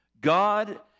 God